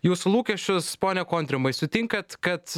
jūsų lūkesčius pone kontrimai sutinkat kad